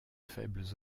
faibles